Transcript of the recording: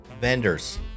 vendors